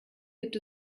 gibt